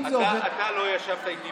תראה, אתה לא ישבת איתי בכלל,